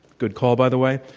good call, by the way.